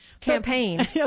campaign